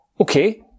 Okay